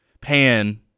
pan –